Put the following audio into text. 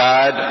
God